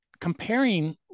comparing